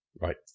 Right